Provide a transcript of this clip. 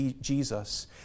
Jesus